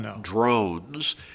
drones